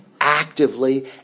actively